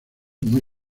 muy